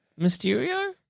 Mysterio